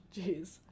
Jeez